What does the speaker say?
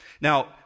Now